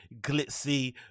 glitzy